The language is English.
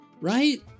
right